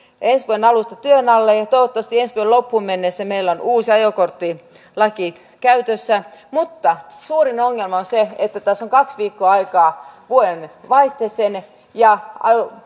ensi vuoden alusta työn alle ja toivottavasti ensi vuoden loppuun mennessä meillä on uusi ajokorttilaki käytössä mutta suurin ongelma on se että tässä on kaksi viikkoa aikaa vuodenvaihteeseen ja